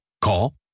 Call